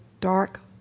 dark